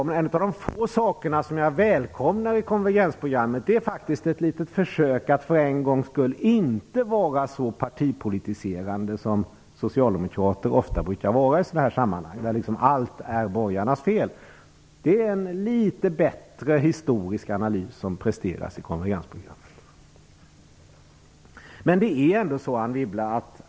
En av de få saker som jag välkomnar i konvergensprogrammet är faktiskt det lilla försöket att för en gångs skull inte vara så partipolitiserande som socialdemokrater brukar vara i sådana här sammanhang. De brukar säga att allt är borgarnas fel. Den historiska analys som presteras i konvergensprogrammet är litet bättre.